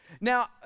now